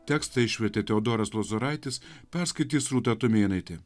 tekstą išvertė teodoras lozoraitis perskaitys rūta tumėnaitė